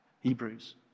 Hebrews